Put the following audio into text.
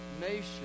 nation